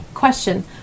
Question